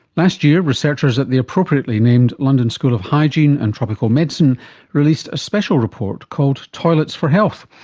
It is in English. last year, researchers at the appropriately named london school of hygiene and tropical medicine released a special report called toilets for health.